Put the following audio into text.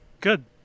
Good